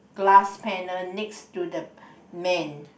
glass panel next to the man